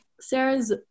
Sarah's